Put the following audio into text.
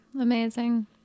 Amazing